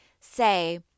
say